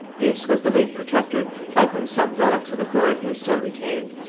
this was the late protector, by whom some relics of authority were still retained.